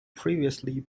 previously